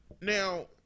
Now